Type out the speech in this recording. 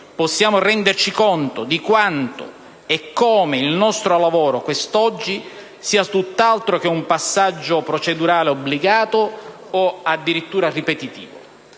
possiamo renderci conto di quanto e come il nostro lavoro quest'oggi sia tutt'altro che un passaggio procedurale obbligato o, addirittura, ripetitivo.